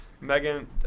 Megan